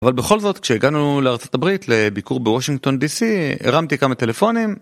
אבל בכל זאת כשהגענו לארה״ב לביקור בוושינגטון די סי הרמתי כמה טלפונים